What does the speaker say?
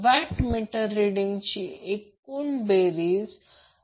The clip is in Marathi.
पॉवर फॅक्टर लॅगिंग आहे म्हणजे करंट लॅगिंग आहे